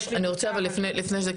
אני רוצה לומר משהו לפני זה,